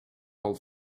all